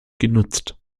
genutzt